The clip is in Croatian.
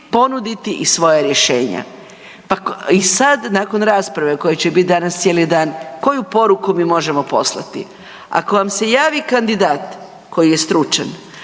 ponuditi i svoja rješenja. I sada nakon rasprave koja će biti danas cijeli dan, koju poruku mi možemo poslati? Ako vam se javi kandidat koji je stručan,